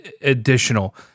additional